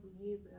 years